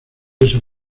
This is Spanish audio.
eso